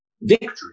victory